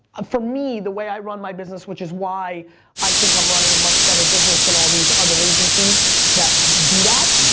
ah for me, the way i run my business, which is why i think i'm running a much better business than all these other agencies that do that,